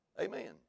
Amen